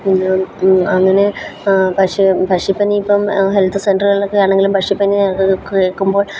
അങ്ങനെ പക്ഷി പക്ഷി പനി ഇപ്പോള് ഹെൽത്ത് സെൻ്ററുകളിലൊക്കെ ആണെങ്കിലും പക്ഷി പനി കേൾക്കുമ്പോൾ